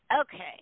Okay